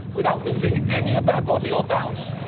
without loosing any of their body or bounce.